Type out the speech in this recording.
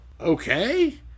okay